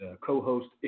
co-host